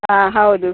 ಆಂ ಹೌದು